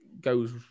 goes